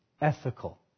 Ethical